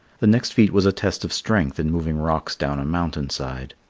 the next feat was a test of strength in moving rocks down a mountain side.